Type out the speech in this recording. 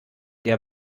der